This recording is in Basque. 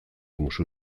musu